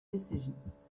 decisions